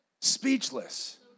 Speechless